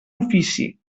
ofici